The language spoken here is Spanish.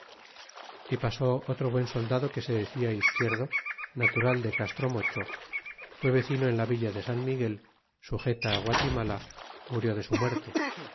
e pasó otro buen sodado que se decia izquierdo natural de castro mocho fue vecino en la villa de san miguel sujeta a guatimala murió de su muerte